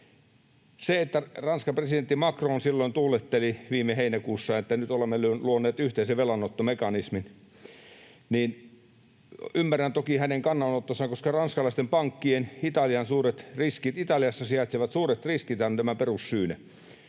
Ranskan presidentti Macron silloin viime heinäkuussa tuuletteli, että nyt olemme luoneet yhteisen velanottomekanismin. Ymmärrän toki hänen kannanottonsa, koska ranskalaisten pankkien Italiassa sijaitsevat suuret riskithän ovat tämän perussyynä.